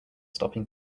stopping